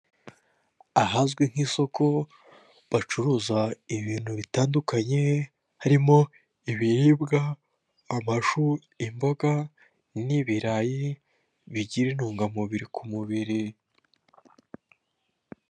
Ahazwi nk'isoko bacuruza ibintu bitandukanye, harimo ibiribwa, amashu, imboga n'ibirayi bigira intungamubiri ku mubiri.